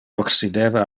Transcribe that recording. occideva